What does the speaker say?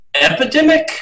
epidemic